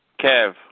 Kev